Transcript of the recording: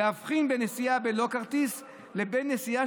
"עליו להבחין בין נסיעה בלא כרטיס לבין נסיעה